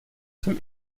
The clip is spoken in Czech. jsem